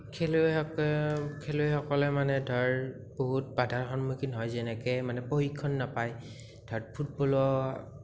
খেলুৱৈ খেলুৱৈসকলে মানে ধৰ বহুত বাধাৰ সন্মুখীন হয় যেনেকে মানে প্ৰশিক্ষণ নাপায় ধৰ ফুটবলৰ